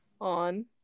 On